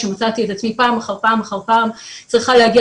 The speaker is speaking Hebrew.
שמצאתי את עצמי פעם אחר פעם אחר פעם צריכה להגיע